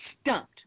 stumped